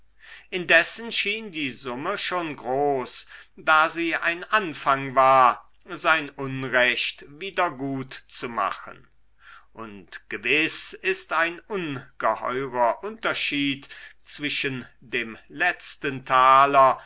indessen schien die summe schon groß da sie ein anfang war sein unrecht wiedergutzumachen und gewiß ist ein ungeheurer unterschied zwischen dem letzten taler